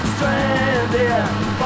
Stranded